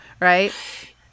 right